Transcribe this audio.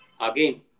again